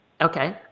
Okay